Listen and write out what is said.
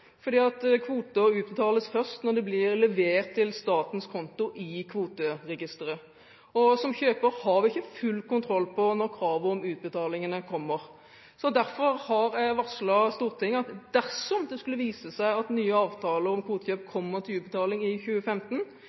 utbetales først når de blir levert til statens konto i kvoteregisteret. Som kjøper har vi ikke full kontroll på når kravet om utbetalingene kommer. Derfor har jeg varslet Stortinget om at dersom det skulle vise deg at den nye avtalen om kvotekjøp kommer til utbetaling i 2015,